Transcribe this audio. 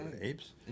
apes